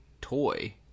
toy